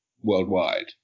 worldwide